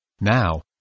Now